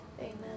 Amen